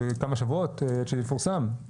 כמה שבועות עד שזה יפורסם?